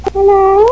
Hello